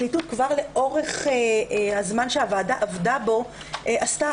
הפרקליטות כבר לאורך הזמן שהוועדה עבדה בו עשתה